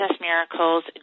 Miracles